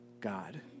God